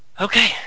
Okay